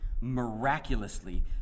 miraculously